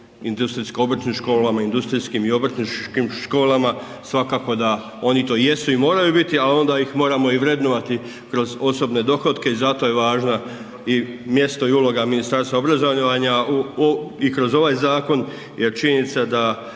industrijskim i obrtničkim školama. Svakako da oni to jesu i moraju biti, ali onda ih moramo i vrednovati kroz osobne dohotke i zato je važna mjesto i uloga Ministarstva obrazovanja i kroz ovaj zakon. Jer činjenica da